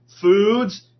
foods